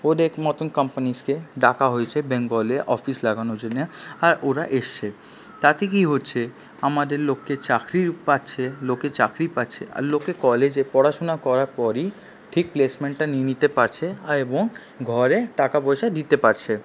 ওদের মতন কোম্পানিজকে ডাকা হয়েছে বেঙ্গলে অফিস লাগানোর জন্যে আর ওরা এসছে তাতে কি হচ্ছে আমাদের লোককে চাকরির পাচ্ছে লোকে চাকরি পাচ্ছে আর লোকে কলেজে পড়াশোনা করার পরই ঠিক প্লেসমেন্টটা নিয়ে নিতে পারছে আর এবং ঘরে টাকাপয়সা দিতে পারছে